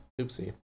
Oopsie